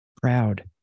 proud